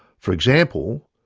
for example,